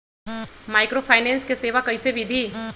Microfinance के सेवा कइसे विधि?